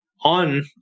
on